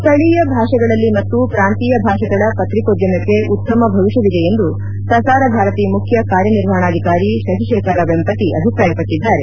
ಸ್ಟಳೀಯ ಭಾಷೆಗಳಲ್ಲಿ ಮತ್ತು ಪ್ರಾಂತೀಯ ಭಾಷೆಗಳ ಪತ್ರಿಕೋದ್ಲಮಕ್ಕೆ ಉತ್ತಮ ಭವಿಷ್ಲವಿದೆ ಎಂದು ಪ್ರಸಾರ ಭಾರತಿ ಮುಖ್ಯ ಕಾರ್ಯನಿರ್ವಹಣಾಧಿಕಾರಿ ಶಶಿಶೇಖರ್ ವೆಂಪತಿ ಅಭಿಪ್ರಾಯಪಟ್ಟದ್ದಾರೆ